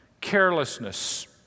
Carelessness